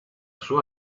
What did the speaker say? sua